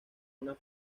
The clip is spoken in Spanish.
una